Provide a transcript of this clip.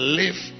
live